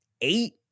eight